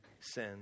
sin